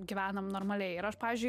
gyvenam normaliai ir aš pavyzdžiui